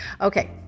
okay